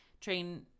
train